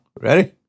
Ready